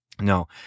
No